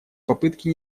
попытки